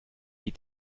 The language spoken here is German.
die